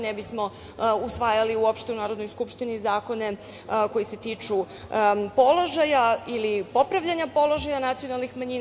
Ne bismo usvajali u Narodnoj skupštini zakone koji se tiču položaja ili popravljanja položaja nacionalnih manjina…